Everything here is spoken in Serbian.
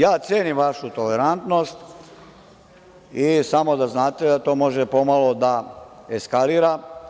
Ja cenim vašu tolerantnost, ali samo da znate da to može pomalo da eskalira.